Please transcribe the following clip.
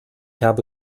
habe